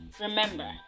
Remember